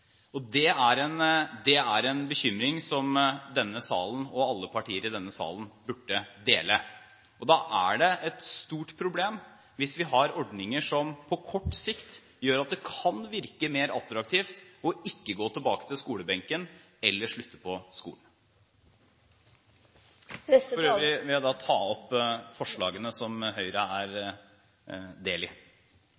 kommer inn døren deres. Det er en bekymring som alle partier i denne salen burde dele. Da er det et stort problem hvis vi har ordninger som på kort sikt gjør at det kan virke mer attraktivt ikke å gå tilbake til skolebenken eller slutte på skolen. For øvrig vil jeg ta opp det forslaget som Høyre er